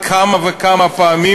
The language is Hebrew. וכמובן,